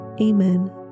Amen